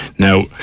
Now